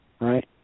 right